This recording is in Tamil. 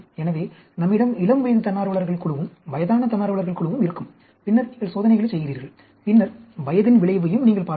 எனவே நம்மிடம் இளம்வயது தன்னார்வலர்கள் குழுவும் வயதான தன்னார்வலர்கள் குழுவும் இருக்கும் பின்னர் நீங்கள் சோதனைகளைச் செய்கிறீர்கள் பின்னர் வயதின் விளைவையும் நீங்கள் பார்க்க முடியும்